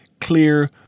clear